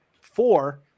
four